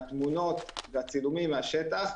התמונות והצילומים מהשטח,